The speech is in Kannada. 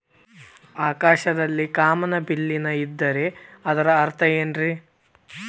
ಆಕಾಶದಲ್ಲಿ ಕಾಮನಬಿಲ್ಲಿನ ಇದ್ದರೆ ಅದರ ಅರ್ಥ ಏನ್ ರಿ?